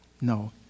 No